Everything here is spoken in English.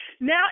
now